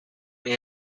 may